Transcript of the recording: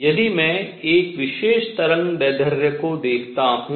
यदि मैं एक विशेष तरंगदैर्ध्य को देखता हूँ